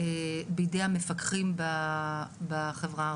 בידי המפקחים בחברה הערבית,